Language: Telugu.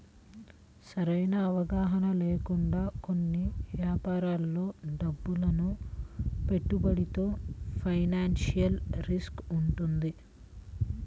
సరైన అవగాహన లేకుండా కొన్ని యాపారాల్లో డబ్బును పెట్టుబడితో ఫైనాన్షియల్ రిస్క్ వుంటది